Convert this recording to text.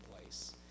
place